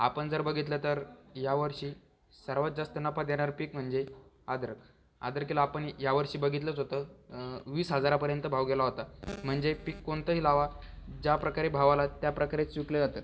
आपण जर बघितलं तर या वर्षी सर्वात जास्त नफा देणारं पीक म्हणजे अद्रक अदर्कीला आपण या वर्षी बघितलंच होतं वीस हजारापर्यंत भाव गेला होता म्हणजे पीक कोणतंही लावा ज्या प्रकारे भाव आला त्या प्रकारेच विकलं जातं